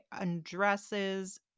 undresses